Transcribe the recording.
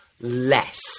less